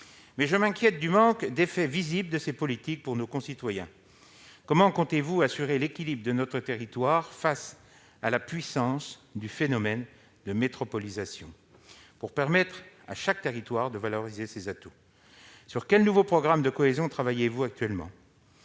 étant, je m'inquiète du manque d'effets visibles de ces politiques pour nos concitoyens. Comment comptez-vous assurer l'équilibre de notre territoire face à la puissance du phénomène de métropolisation, afin de permettre à chaque territoire de valoriser ses atouts ? Sur quel nouveau programme de cohésion travaillez-vous actuellement ?